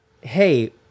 Hey